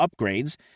upgrades